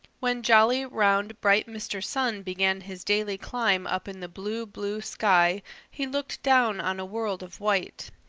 when jolly, round, bright mr. sun began his daily climb up in the blue, blue sky he looked down on a world of white.